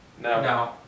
No